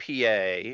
pa